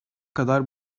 kadar